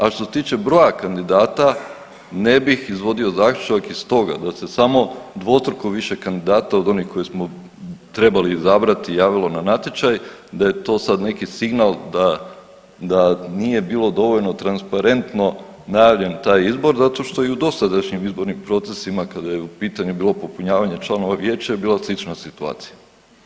A što se tiče broja kandidata ne bi izvodio zaključak iz toga da se samo dvostruko više kandidata od onih koje smo trebali izabrati javilo na natječaj, da je to sad neki signal da nije bilo dovoljno transparentno najavljen taj izbor zato što i u dosadašnjim izbornim procesima kada je u pitanju bilo popunjavanje članova vijeća je bila slična situacija.